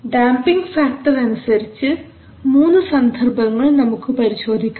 damping factor അനുസരിച്ച് 3 സന്ദർഭങ്ങൾ നമുക്ക് പരിശോധിക്കാം